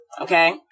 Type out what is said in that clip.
Okay